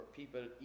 people